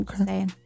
okay